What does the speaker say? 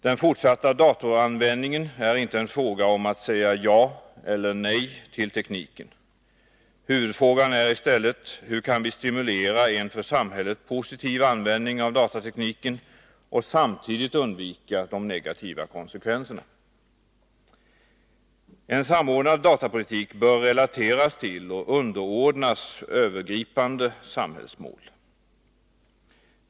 Den fortsatta datoranvändningen är inte en fråga om att säga ja eller nej till tekniken. Huvudfrågan är i stället: Hur kan vi stimulera en för samhället positiv användning av datatekniken och samtidigt undvika de negativa konsekvenserna? En samordnad datapolitik bör relateras till och underordnas övergripande samhällsmål.